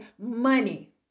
money